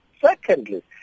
Secondly